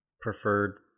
preferred